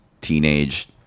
teenage